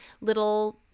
little